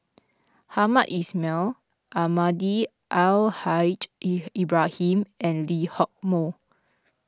Hamed Ismail Almahdi Al Haj Ibrahim and Lee Hock Moh